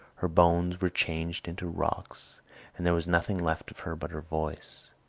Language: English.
her bones were changed into rocks and there was nothing left of her but her voice.